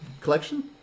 collection